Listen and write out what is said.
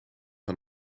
van